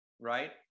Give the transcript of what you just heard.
right